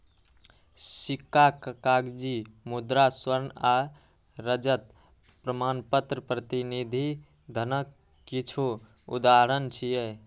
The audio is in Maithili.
सिक्का, कागजी मुद्रा, स्वर्ण आ रजत प्रमाणपत्र प्रतिनिधि धनक किछु उदाहरण छियै